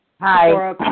Hi